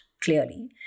clearly